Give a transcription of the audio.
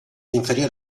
inferior